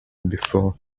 before